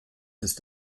ist